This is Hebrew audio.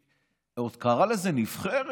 הוא עוד קרא לזה נבחרת.